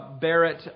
Barrett